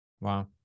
Wow